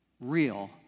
Real